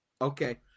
Okay